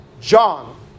John